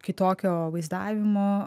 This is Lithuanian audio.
kitokio vaizdavimo